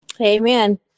Amen